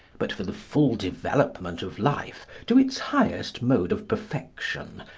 but for the full development of life to its highest mode of perfection,